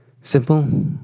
Simple